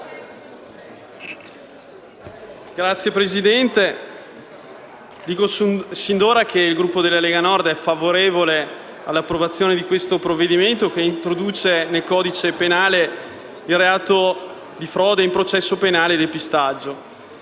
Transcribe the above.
Signor Presidente, dico sin d'ora che il Gruppo della Lega Nord è favorevole all'approvazione di questo provvedimento, che introduce nel codice penale il reato di frode in processo penale e depistaggio.